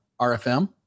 RFM